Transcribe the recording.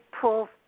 pull